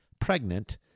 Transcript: pregnant